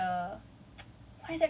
uh what can the person do